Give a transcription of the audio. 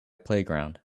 playground